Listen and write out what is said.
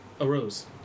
arose